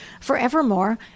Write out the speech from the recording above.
forevermore